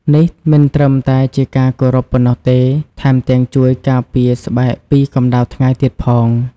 នេះមិនត្រឹមតែជាការគោរពប៉ុណ្ណោះទេ ថែមទាំងជួយការពារស្បែកពីកម្ដៅថ្ងៃទៀតផង។